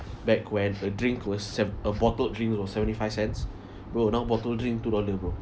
back when a drink was sev~ a bottled drink was seventy five cents bro now bottled drink two dollar bro